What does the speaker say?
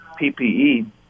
PPE